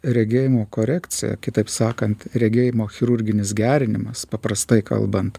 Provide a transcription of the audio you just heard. regėjimo korekcija kitaip sakant regėjimo chirurginis gerinimas paprastai kalbant